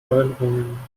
erinnerungen